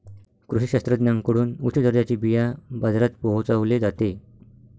कृषी शास्त्रज्ञांकडून उच्च दर्जाचे बिया बाजारात पोहोचवले जाते